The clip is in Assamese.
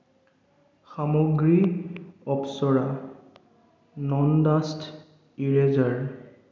সামগ্ৰী অপ্সৰা নন ডাষ্ট ইৰেজাৰ